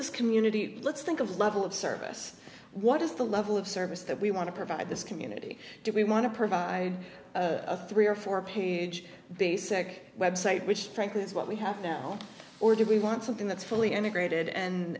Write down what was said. this community let's think of level of service what is the level of service that we want to provide this community do we want to provide a three or four page basic website which frankly is what we have now or do we want something that's fully integrated and